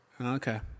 Okay